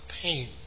pain